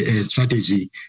strategy